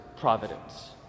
providence